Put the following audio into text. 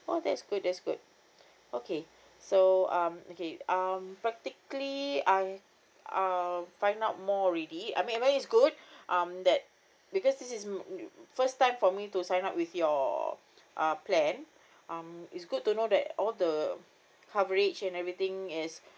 oh that's good that's good okay so um okay um practically I um find out more already I mean I mean is good um that because this is uh first time for me to sign up with your uh plan um it's good to know that all the coverage and everything is